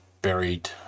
buried